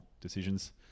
decisions